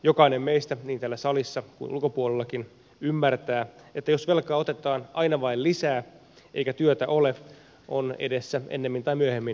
jokainen meistä niin täällä salissa kuin ulkopuolellakin ymmärtää että jos velkaa otetaan aina vain lisää eikä työtä ole on edessä ennemmin tai myöhemmin konkurssi